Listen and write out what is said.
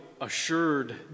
assured